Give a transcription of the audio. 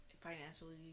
Financially